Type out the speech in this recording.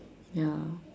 ya